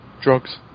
Drugs